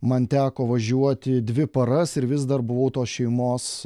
man teko važiuoti dvi paras ir vis dar buvau tos šeimos